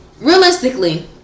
realistically